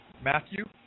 Matthew